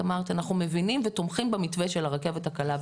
אמרת 'אנחנו מבינים ותומכים במתווה של הרכבת הקלה'.